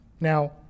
now